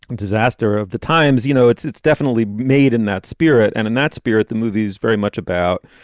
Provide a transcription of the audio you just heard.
disaster of the times you know, it's it's definitely made in that spirit and in that spirit. the movie is very much about,